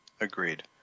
agreed